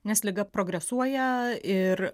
nes liga progresuoja ir